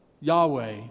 Yahweh